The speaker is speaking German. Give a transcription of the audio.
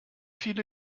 viele